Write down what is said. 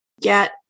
get